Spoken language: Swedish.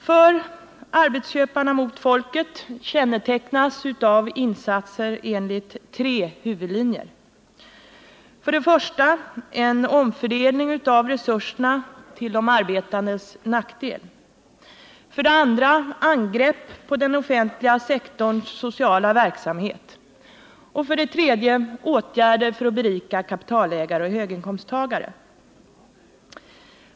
Den politik som där kommer till uttryck kännetecknas av insatser enligt tre huvudlinjer: för det första en omfördelning av resurserna till de arbetandes nackdel, för det andra angrepp på den offentliga sektorns sociala verksamhet och för det tredje åtgärder för att berika kapitalägare och höginkomsttagare.